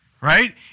right